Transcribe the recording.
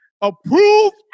Approved